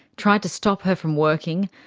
tried to stop her from working,